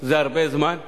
זה הרבה זמן,